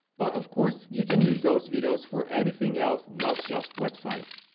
but of course, you can use those videos for anything else, not just websites.